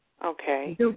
Okay